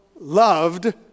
loved